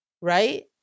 Right